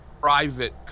private